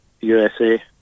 USA